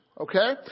Okay